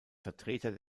vertreter